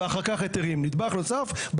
ואז נוצר פה מצב שיש מדיניות,